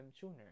tuner